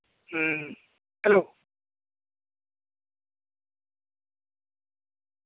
ᱦᱩᱸ ᱦᱮᱞᱳ